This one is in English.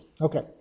Okay